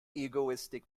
egoistic